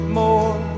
more